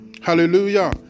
Hallelujah